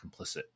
complicit